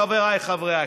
חבריי חברי הכנסת.